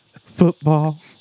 Football